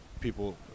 people